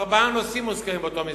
ארבעה נושאים מוזכרים באותו מסמך.